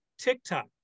TikTok